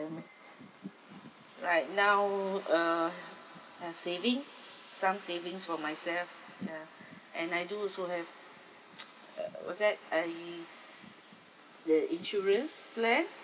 right now uh I have saving some savings for myself ya and I do also have uh what's that I the insurance plan